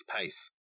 pace